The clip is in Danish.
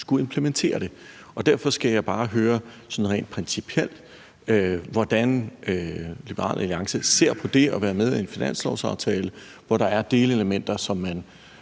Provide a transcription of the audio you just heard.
skulle implementere den. Derfor skal jeg bare høre sådan rent principielt, hvordan Liberal Alliance ser på det at være med i en finanslovsaftale, hvor der er delelementer, som man